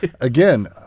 again